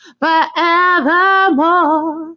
forevermore